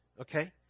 Okay